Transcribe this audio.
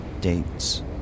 dates